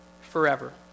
forever